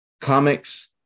comics